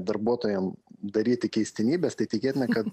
darbuotojam daryti keistenybes tai tikėtina kad